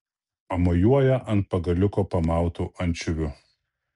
pamojuoja ant pagaliuko pamautu ančiuviu